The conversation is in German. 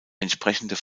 entsprechende